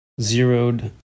zeroed